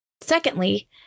Secondly